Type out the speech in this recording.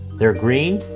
they're green?